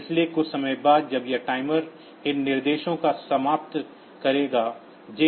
इसलिए कुछ समय बाद जब यह टाइमर इन निर्देशों को समाप्त करेगा JNB TF1back